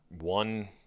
one